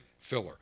filler